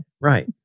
Right